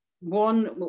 One